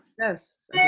Yes